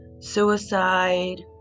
suicide